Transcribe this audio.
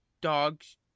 dogs